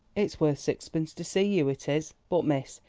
it's worth sixpence to see you, it is. but, miss,